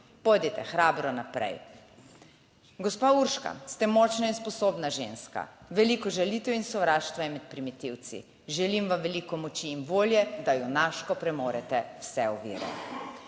Pojdite hrabro naprej. Gospa Urška, ste močna in sposobna ženska. Veliko žalitev in sovraštva je med primitivci. Želim vam veliko moči in volje, da junaško premorete vse ovire.